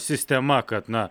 sistema kad na